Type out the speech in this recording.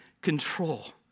control